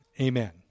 Amen